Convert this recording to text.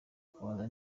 kubaza